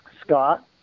Scott